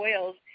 oils